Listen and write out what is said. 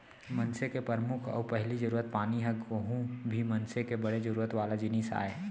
मनसे के परमुख अउ पहिली जरूरत पानी ह कोहूं भी मनसे के बड़े जरूरत वाला जिनिस आय